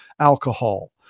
alcohol